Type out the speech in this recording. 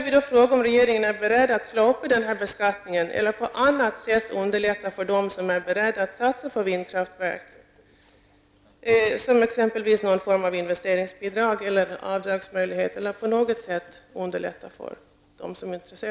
Är regeringen beredd att slopa den här beskattningen eller på annat sätt underlätta för dem som är beredda att satsa på vindkraftverk, t.ex. med någon form av investeringsbidrag eller avdragsmöjligheter?